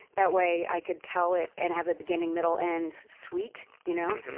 that way, i could tell it and have a beginning, middle, end suite, you know.